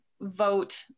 vote